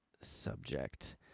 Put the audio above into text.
subject